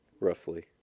Roughly